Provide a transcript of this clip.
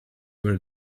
where